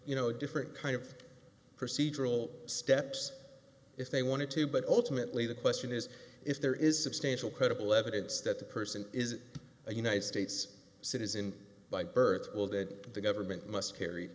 you know different kind of procedural steps if they wanted to but ultimately the question is if there is substantial credible evidence that the person is a united states citizen by birth will that the government must carry